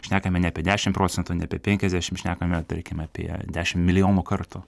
šnekame ne apie dešim procentų ne apie penkiasdešim šnekame tarkim apie dešim milijonų kartų